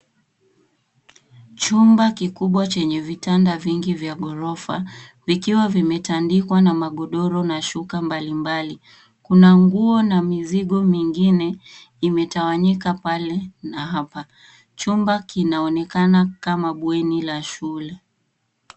Chumba kikubwa chenye vitanda vingi vya ghorofa, vikiwa vimetandikwa na magodoro na shuka mbalimbali. Kuna nguo na mizigo mingine imetawanyika pale na hapa. Chumba kinaonekana kama bweni la shule.